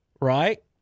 Right